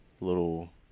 little